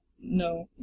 No